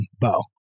bow